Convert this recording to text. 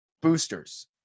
boosters